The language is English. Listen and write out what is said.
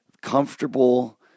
comfortable